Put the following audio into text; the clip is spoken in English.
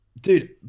Dude